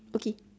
okay